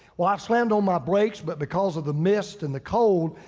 well, i slammed on my brakes, but because of the mist and the cold,